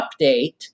update